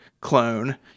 clone